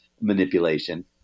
manipulation